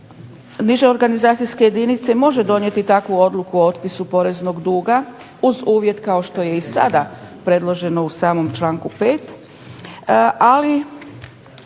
niže organizacijske jedinice može donijeti takvu odluku o otpisu poreznog duga uz uvjet kao što je i sada predloženo u samom članku 5.,